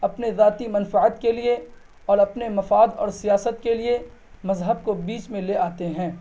اپنے ذاتی منفعت کے لیے اور اپنے مفاد اور سیاست کے لیے مذہب کو بیچ میں لے آتے ہیں